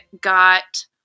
got